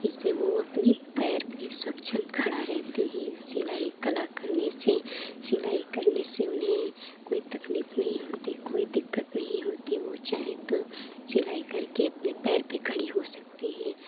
जैसे वो अपनी पैर पे सक्षम खड़ा रहते हैं सिलाई कला करने से सिलाई करने से उन्हें कोई तकलीफ नहीं होती कोई दिक्कत नहीं होती वो चाहें तो सिलाई करके अपने पैर पे खड़ी हो सकती हैं